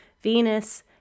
Venus